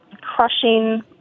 crushing